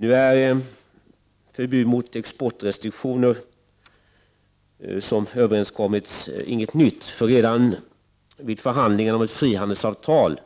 Överenskommelsen om förbud mot exportrestriktioner är inget nytt. Redan vid förhandlingarna om ett frihandelsavtal